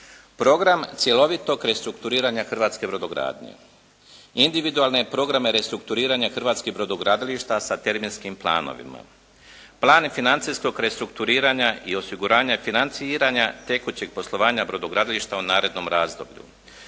program cjelovitog restrukturiranja hrvatske brodogradnje, individualne programe restrukturiranja hrvatskih brodogradilišta sa terminskim planovima, plan financijskog restrukturiranja i osiguranja i financiranja tekućeg poslovanja brodogradilišta u narednom razdoblju.